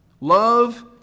Love